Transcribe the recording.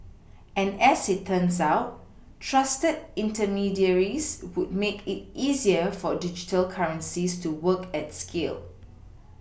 and as it turns out trusted intermediaries would make it easier for digital currencies to work at scale